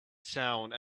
sound